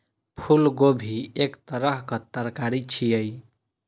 फूलगोभी एक तरहक तरकारी छियै